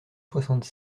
soixante